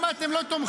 לא מה אתם לא תומכים?